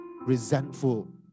resentful